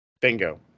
Bingo